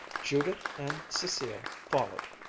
judith and cecile followed.